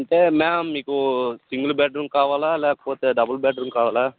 అంటే మ్యామ్ మీకు single bedroom కావాలా లేకపోతే డబల్ బెడ్రూమ్ కావాలా